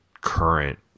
current